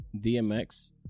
DMX